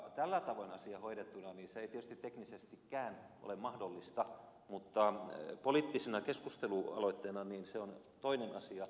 tällä tavoin asia hoidettuna se ei tietysti teknisestikään ole mahdollista mutta jos on kyse poliittisesta keskustelualoitteesta niin se on toinen asia